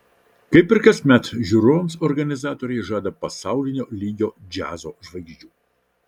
kaip ir kasmet žiūrovams organizatoriai žada pasaulinio lygio džiazo žvaigždžių